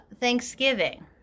Thanksgiving